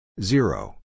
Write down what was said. Zero